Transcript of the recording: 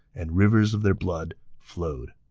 and rivers of their blood flowed.